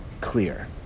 clear